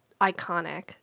iconic